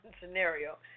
scenario